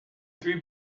three